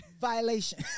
violation